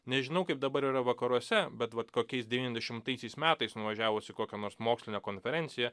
nežinau kaip dabar yra vakaruose bet vat kokiais devyniasdešimtaisiais metais nuvažiavus į kokią nors mokslinę konferenciją